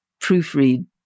proofread